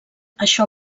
això